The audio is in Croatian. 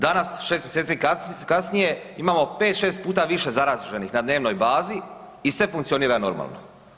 Danas 6 mj. kasnije, imamo 5, 6 puta više zaraženih na dnevnoj bazi i sve funkcionira normalno.